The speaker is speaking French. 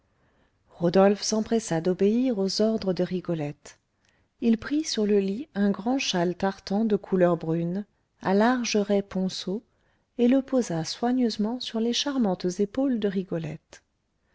rodolphe s'empressa d'obéir aux ordres de rigolette il prit sur le lit un grand châle tartan de couleur brune à larges raies ponceau et le posa soigneusement sur les charmantes épaules de rigolette